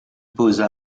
posa